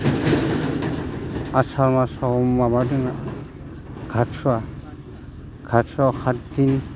आसार मासाव माबादोङो आथसुवा आथसुवा सातदिन